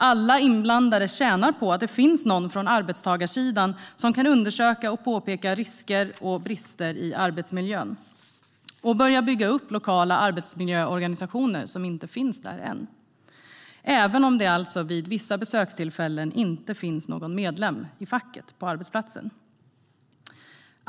Alla inblandade tjänar på att det finns någon på arbetstagarsidan som kan undersöka och påpeka risker och brister i arbetsmiljön. Man kan börja bygga upp lokala arbetsmiljöorganisationer som inte finns där än även om det vid vissa besökstillfällen inte finns någon medlem i facket på arbetsplatsen.